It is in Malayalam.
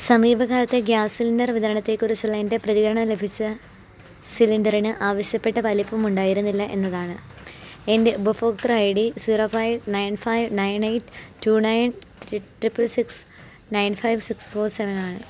സമീപകാലത്തെ ഗ്യാസ് സിലിണ്ടർ വിതരണത്തെക്കുറിച്ചുള്ള എൻ്റെ പ്രതികരണം ലഭിച്ച സിലിണ്ടറിന് ആവശ്യപ്പെട്ട വലിപ്പമുണ്ടായിരുന്നില്ല എന്നതാണ് എൻ്റെ ഉപഭോക്തൃ I D zero five nine five nine eight two nine triple six nine five six four സെവനാണ്